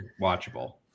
watchable